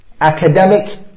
academic